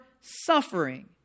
suffering